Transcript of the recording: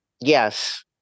yes